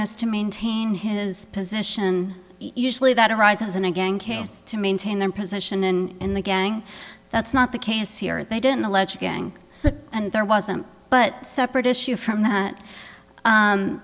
this to maintain his position usually that arises in a gang case to maintain their position and in the gang that's not the case here they didn't alleged gang and there wasn't but separate issue from